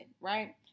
right